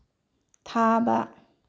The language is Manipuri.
ꯊꯥꯕ